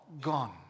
gone